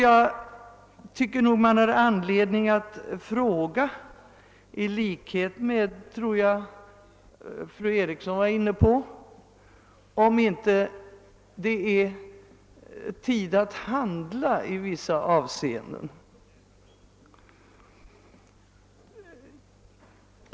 Jag tycker nog man har anledning fråga — även fru Eriksson i Stockholm var visst inne på detta — om det inte är tid att handla på vissa områden.